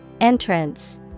Entrance